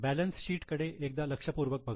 balance sheet कडे एकदा लक्षपूर्वक बघा